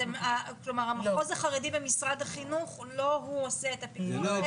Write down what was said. כלומר המחוז החרדי במשרד החינוך הוא לא עושה את הפיקוח,